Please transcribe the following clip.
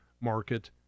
market